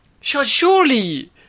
surely